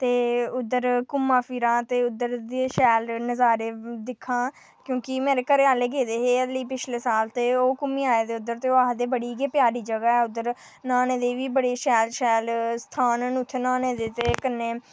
ते उद्धर घुम्मां फिरां ते उद्धर दे शैल नजारे दिक्खां क्योंकि मेरे घरै आह्ले गेदे हे अ'ल्ली पिछले साल ते ओह् घुम्मी आए द उद्धर ते ओह् आखदे बड़ी गै प्यारी जगह ऐ उद्धर न्हाने दे बी बड़े शैल शैल स्थान न उत्थै न्हाने दे ते कन्नै